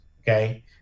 Okay